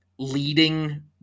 Leading